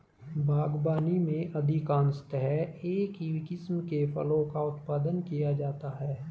बागवानी में अधिकांशतः एक ही किस्म के फलों का उत्पादन किया जाता है